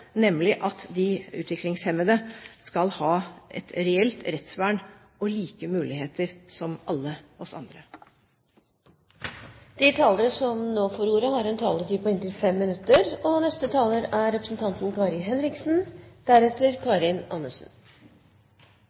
nemlig at de utviklingshemmede skal ha et reelt rettsvern og like muligheter, som alle oss andre. Først vil jeg dvele litt ved den gruppen som